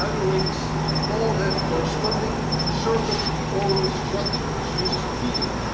kinorhynchs all have corresponding circum-oral structures used for feeding.